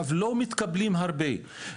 לא מתקבלים הרבה,